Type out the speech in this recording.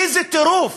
איזה טירוף